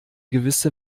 gewisse